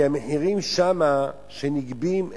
כי המחירים שנגבים שם,